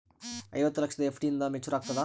ಐವತ್ತು ಲಕ್ಷದ ಎಫ್.ಡಿ ಎಂದ ಮೇಚುರ್ ಆಗತದ?